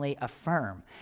affirm